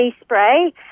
spray